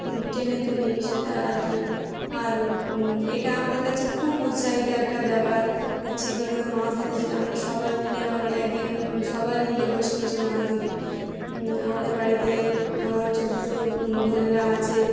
টেনে তুলি সেটা আর কি আর এটা আমাদের কাছে খুব উৎসাহিত একটা ব্যাপার ছিপে করে মাছ ধরেছি আমরা সবাই মিলে অনেক একদিন সবাই মিলে বসে বসে মাছ ধরি আমাদের বাড়িতে আমার ছোটো ছোটো বোনেরা আছে